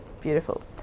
beautiful